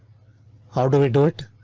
how do we do it?